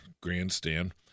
grandstand